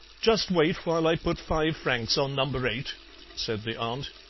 just wait while i put five francs on number eight said the aunt,